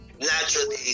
naturally